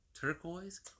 turquoise